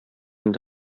инде